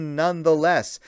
nonetheless